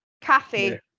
Kathy